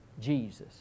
Jesus